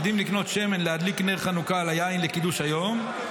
מקדים לקנות שמן להדליק נר חנוכה על היין לקידוש היום.